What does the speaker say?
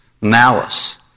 malice